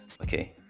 okay